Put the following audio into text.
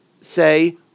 say